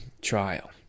trial